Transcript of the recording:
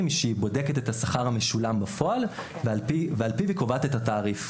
בודקת את השכר המשולם בפועל ועל פיו היא קובעת את התעריף,